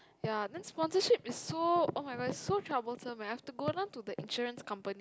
ya then sponsorship is so oh-my-god is so troublesome eh I have to go down to the insurance company